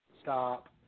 Stop